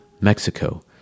Mexico